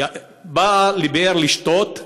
באה לבאר לשתות,